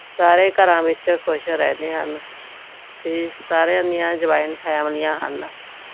ਸਾਰੇ ਘਰਾਂ ਵਿੱਚ ਖੁਸ਼ ਰਹਿੰਦੇ ਹਨ ਅਤੇ ਸਾਰਿਆਂ ਦੀਆਂ ਜੁਆਇੰਟ ਫੈਮਲੀਆਂ ਹਨ